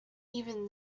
even